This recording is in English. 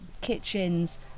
kitchens